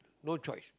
no choice